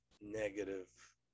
negative